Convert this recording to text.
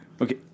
Okay